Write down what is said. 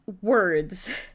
words